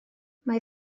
mae